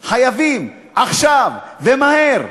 חייבים, עכשיו ומהר.